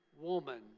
woman